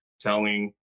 telling